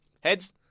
heads